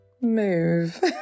move